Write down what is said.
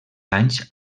anys